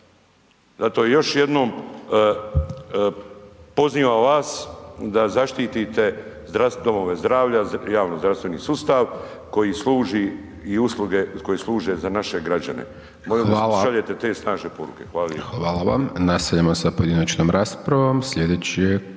Zato još jednom pozivam vas da zaštitite domove zdravlja, javno zdravstveni sustav koji služi i usluge koje služe za naše građane. …/Upadica: Hvala/…